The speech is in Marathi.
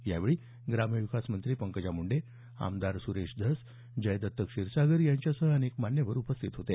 यावेळी ग्रामविकास मंत्री पंकजा मुंडे आमदार सुरेश धस जयदत क्षीरसागर यांच्यासह अनेक मान्यवर उपस्थित होते